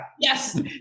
Yes